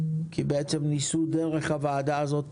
כי בעצם ניסו דרך הוועדה הזאת